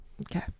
Okay